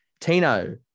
Tino